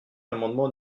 l’amendement